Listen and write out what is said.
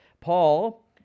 Paul